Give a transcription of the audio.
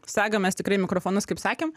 segamės tikrai mikrofonus kaip sakėm